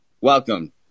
Welcome